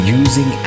using